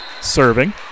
serving